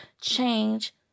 change